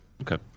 Okay